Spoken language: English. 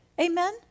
Amen